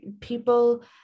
people